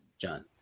John